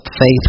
faith